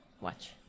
Watch